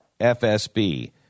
FSB